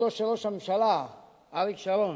לזכותו של ראש הממשלה אריק שרון,